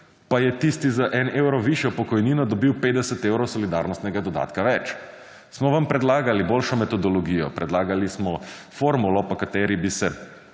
pa je tisti z en evro višjo pokojnino dobil 50 evrov solidarnostnega dodatka več. Smo vam predlagali boljšo metodologijo, predlagali smo formulo, po kateri bi se